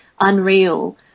unreal